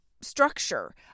structure